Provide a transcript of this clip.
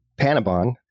Panabon